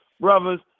brothers